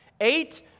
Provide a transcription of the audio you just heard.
Eight